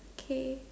okay